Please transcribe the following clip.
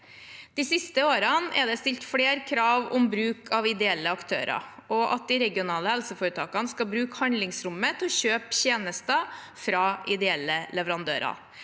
De siste årene er det stilt flere krav om bruk av ideelle aktører og at de regionale helseforetakene skal bruke handlingsrommet til å kjøpe tjenester fra ideelle leverandører.